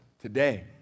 today